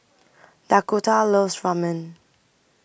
Dakotah loves Ramen